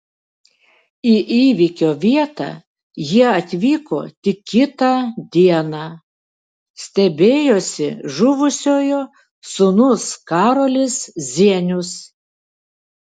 į įvykio vietą jie atvyko tik kitą dieną stebėjosi žuvusiojo sūnus karolis zienius